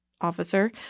officer –